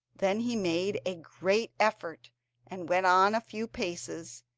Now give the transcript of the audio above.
then he made a great effort and went on a few paces,